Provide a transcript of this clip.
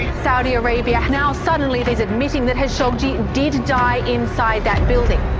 saudi arabia, now suddenly there's admitting that khashoggi did die inside that building.